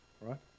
right